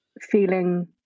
feeling